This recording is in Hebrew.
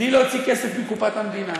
בלי להוציא כסף מקופת המדינה,